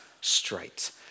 straight